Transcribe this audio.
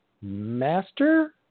Master